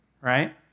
right